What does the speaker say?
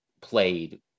played